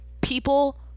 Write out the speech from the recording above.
people